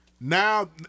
now